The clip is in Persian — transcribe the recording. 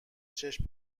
چشم